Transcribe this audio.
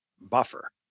Buffer